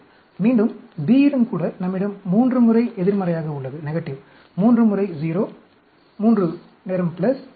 மீண்டும் B யிலும் கூட நம்மிடம் 3 முறை எதிர்மறையாக உள்ளது 3 முறை 0 3 நேரம் பிளஸ் பிளஸ்